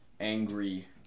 angry